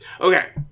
Okay